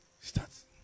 starts